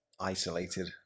isolated